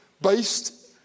based